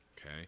Okay